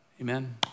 Amen